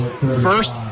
First